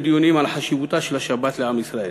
דיונים על חשיבותה של השבת לעם ישראל,